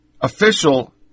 official